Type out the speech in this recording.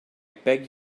beg